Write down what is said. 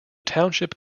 township